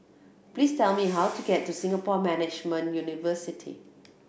please tell me how to get to Singapore Management University